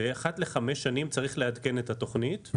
ואחת לחמש שנים צריך לעדכן את התוכנית.